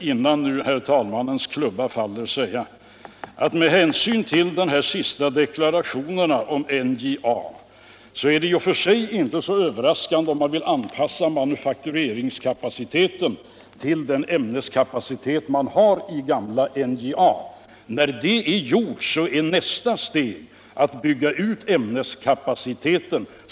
innan herr tälmannens klubba faller, säga all med hänsyn till de senaste deklarationerna om NJA är det i och för sig inte så överraskande att man vill anpassa manufaktureringskapaciteten till den ämneskapaéitel man har i gamla NJA. När det är gjort är nästa steg att bygga ut ämneskapaciteten.